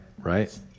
right